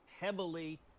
heavily